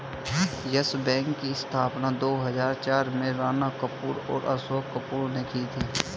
yes Bank की स्थापना दो हजार चार में राणा कपूर और अशोक कपूर ने की थी